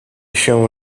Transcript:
się